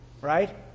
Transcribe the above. right